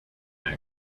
act